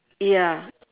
ya